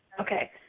okay